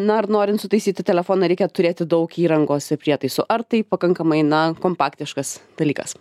na ar norint sutaisyti telefoną reikia turėti daug įrangos ir prietaisų ar tai pakankamai na kompaktiškas dalykas